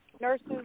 nurses